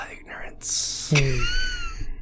ignorance